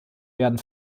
werden